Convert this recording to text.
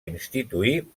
instituir